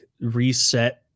reset